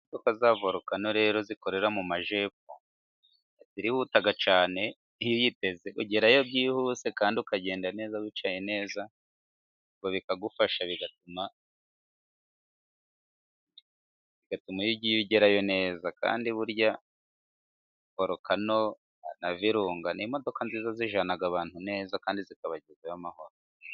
Imodoka za vorukano rero zikorera mu majyepfo， zirihuta cyane，iyo uyiteze ugerayo byihuse kandi ukagenda neza wicaye neza， bikagufasha bigatuma iyo ugiye ugerayo neza. Kandi burya vorokano na virunga， ni imodoka nziza zijyana abantu neza kandi zikabagezayo amahoro.